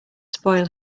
spoil